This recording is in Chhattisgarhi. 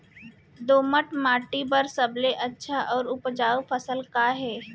दोमट माटी बर सबले अच्छा अऊ उपजाऊ फसल का हे?